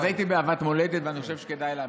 אז הייתי באהבת מולדת, ואני חושב שכדאי להמשיך.